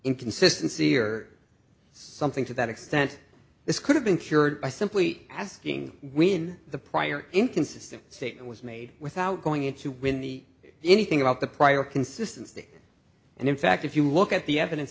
inconsistency or something to that extent this could have been cured by simply asking when the prior inconsistent statement was made without going into when the anything about the prior consistency and in fact if you look at the evidence